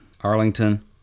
arlington